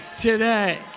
today